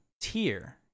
tier